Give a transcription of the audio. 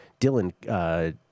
dylan